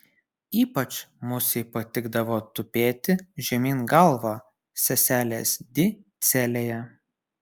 ypač musei patikdavo tupėti žemyn galva seselės di celėje